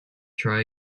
try